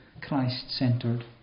Christ-centered